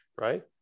right